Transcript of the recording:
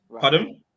Pardon